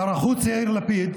שר החוץ יאיר לפיד,